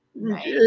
right